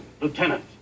Lieutenant